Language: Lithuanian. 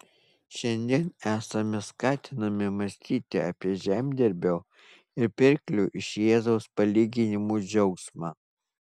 šiandien esame skatinami mąstyti apie žemdirbio ir pirklio iš jėzaus palyginimų džiaugsmą